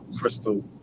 crystal